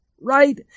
Right